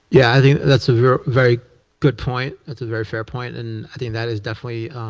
yeah, i think that's a very very good point. that's a very fair point. and i think that is definitely